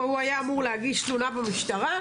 הוא היה אמור להגיש תלונה במשטרה?